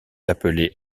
appelé